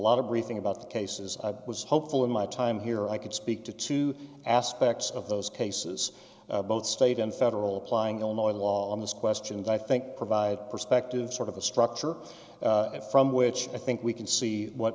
lot of briefing about the cases i was hopeful in my time here i could speak to two aspects of those cases both state and federal applying illinois law on this question and i think provide perspective sort of a structure from which i think we can see what